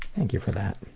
thank you for that.